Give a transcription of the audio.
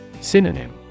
Synonym